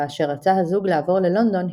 וכאשר רצה הזוג לעבור ללונדון,